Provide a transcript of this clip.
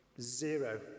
zero